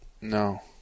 No